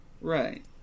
Right